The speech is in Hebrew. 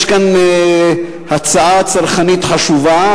יש כאן הצעה צרכנית חשובה,